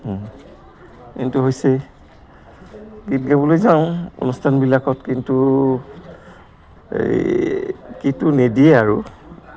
কিন্তু হৈছে গীত গাবলৈ যাওঁ অনুষ্ঠানবিলাকত কিন্তু এই কিটো নিদিয়ে আৰু